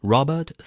Robert